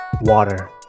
water